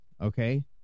okay